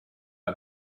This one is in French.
l’a